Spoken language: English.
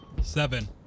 seven